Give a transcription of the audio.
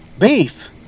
beef